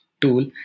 tool